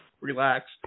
Relax